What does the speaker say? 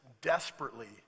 desperately